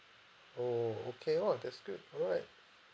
oh okay !wow! that's good alright